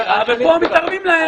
ופה מתערבים להם,